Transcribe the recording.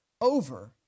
over